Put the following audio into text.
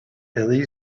billy